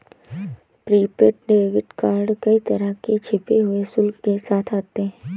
prepaid debit card कई तरह के छिपे हुए शुल्क के साथ आते हैं